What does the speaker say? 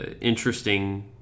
interesting